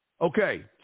Okay